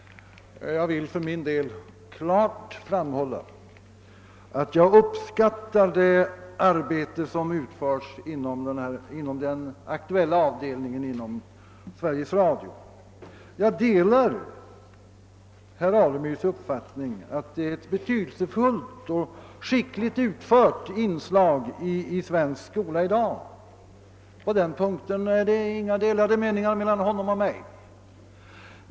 Jag vill för min del klart framhålla, att jag uppskattar det arbete som utförs på den aktuella avdelningen inom Sveriges Radio. Jag delar herr Alemyrs uppfattning att detta är ett betydelsefullt inslag i den svenska skolan i dag och att arbetet utförs skickligt. På den punkten har alltså herr Alemyr och jag samma uppfattning.